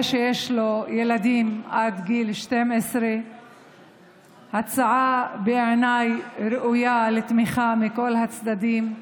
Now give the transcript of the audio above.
להורה שיש לו ילדים עד גיל 12. ההצעה ראויה בעיניי לתמיכה מכל הצדדים,